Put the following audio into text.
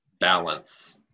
balance